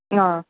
ஆ